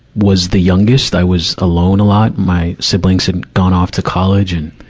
was the youngest. i was alone a lot. my siblings had gone off to college and,